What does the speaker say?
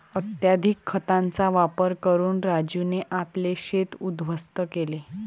अत्यधिक खतांचा वापर करून राजूने आपले शेत उध्वस्त केले